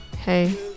hey